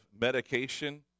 medication